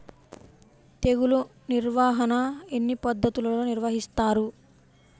తెగులు నిర్వాహణ ఎన్ని పద్ధతులలో నిర్వహిస్తారు?